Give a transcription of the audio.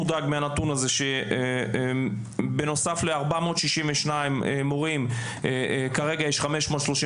אני מודאג מהנתון שבנוסף ל-462 מורים כרגע יש 533,